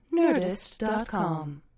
Nerdist.com